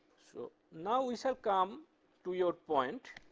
so now, we shall come to your point